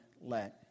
let